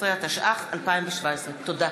15), התשע"ח 2017. תודה.